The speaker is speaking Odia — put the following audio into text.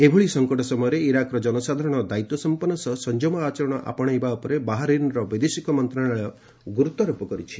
ଏହିଭଳି ସଂକଟ ସମୟରେ ଇରାକର ଜନସାଧାରଣ ଦାୟିତ୍ୱ ସଂପନ୍ନ ସଂଯମ ଆଚରଣ ଆପଣେଇବା ଉପରେ ବାହାରିନ୍ର ବୈଦେଶିକ ମନ୍ତ୍ରଣାଳୟ ଗୁରୁତ୍ୱାରୋପ କରିଛି